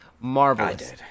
marvelous